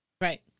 Right